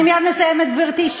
אני מייד מסיימת, גברתי.